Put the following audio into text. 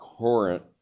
current